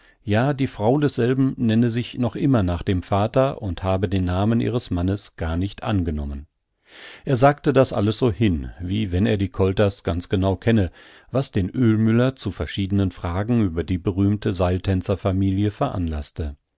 ja die frau desselben nenne sich noch immer nach dem vater und habe den namen ihres mannes gar nicht angenommen er sagte das alles so hin wie wenn er die kolters ganz genau kenne was den ölmüller zu verschiedenen fragen über die berühmte seiltänzerfamilie veranlaßte